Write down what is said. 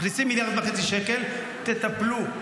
מכניסים מיליארד וחצי שקל, תטפלו.